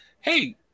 Hey